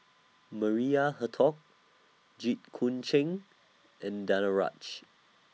Maria Hertogh Jit Koon Ch'ng and Danaraj